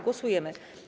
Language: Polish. Głosujemy.